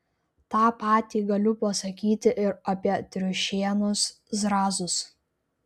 tą patį galiu pasakyti ir apie triušienos zrazus